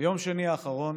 ביום שני האחרון